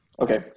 okay